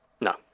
No